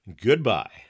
goodbye